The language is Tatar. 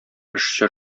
эшче